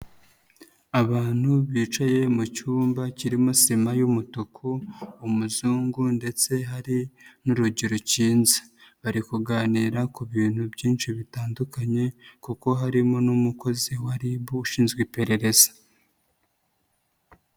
Abantu bicaye mu cyumba kirimo sima y'umutuku, umuzungu ndetse hari n'urugero rukinze, bari kuganira ku bintu byinshi bitandukanye kuko harimo n'umukozi wa RIB ushinzwe iperereza.